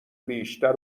بیشتر